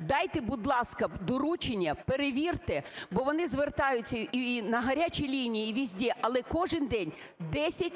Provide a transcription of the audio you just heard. Дайте, будь ласка, доручення, перевірте, бо вони звертаються і на "гарячі лінії", і скрізь, але кожен день 10-12